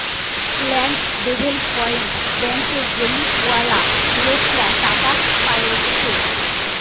land development ব্যাঙ্কে জমিওয়ালা লোকরা টাকা পায়েটে